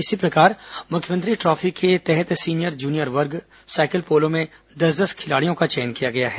इसी प्रकार मुख्यमंत्री ट्राफी के तहत सीनियर जूनियर वर्ग सायकल पोलो में दस दस खिलाड़ियों का चयन किया गया है